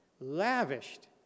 lavished